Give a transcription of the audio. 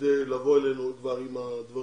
כדי לבוא אלינו עם הדברים.